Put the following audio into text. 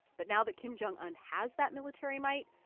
but now that kim jong un has that military might,